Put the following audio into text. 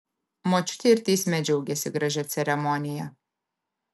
močiutė ir teisme džiaugėsi gražia ceremonija